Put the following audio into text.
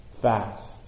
fast